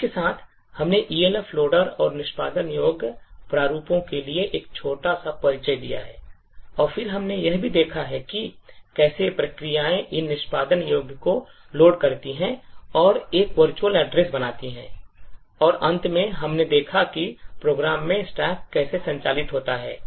इसके साथ हमने Elf loader और निष्पादन योग्य प्रारूपों के लिए एक छोटा सा परिचय दिया है और फिर हमने यह भी देखा है कि कैसे प्रक्रियाएँ इन निष्पादन योग्य को लोड करती हैं और एक virtual address बनाती हैं और अंत में हमने देखा है कि प्रोग्राम में stack कैसे संचालित होता है